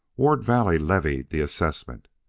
ward valley levied the assessment.